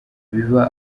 biba